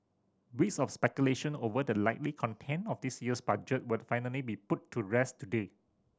weeks of speculation over the likely content of this year's Budget will finally be put to rest today